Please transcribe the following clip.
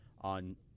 on